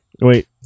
Wait